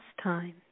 time